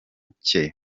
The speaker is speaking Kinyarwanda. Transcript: cye